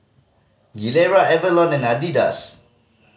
Gilera Avalon and Adidas